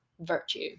virtue